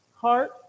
heart